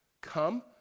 Come